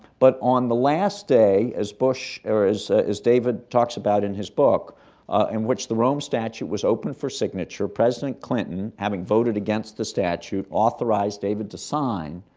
but on the last day, as bush or as david talks about in his book in which the rome statute was open for signature, president clinton, having voted against the statute, authorized david to sign,